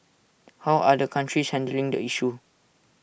how other countries handling the issue